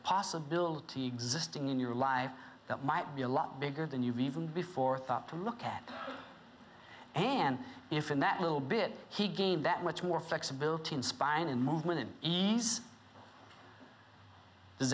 possibility existing in your life that might be a lot bigger than you even before thought to look at and if in that little bit he game that much more flexibility in spine and movement and ease does